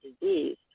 disease